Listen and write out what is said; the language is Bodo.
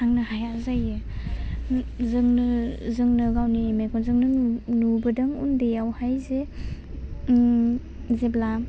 थांनो हाया जायो जोंनो जोंनो गावनि मेगनजोंनो नु नुबोदों उन्दैयावहाय जे उम जेब्ला